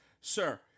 sir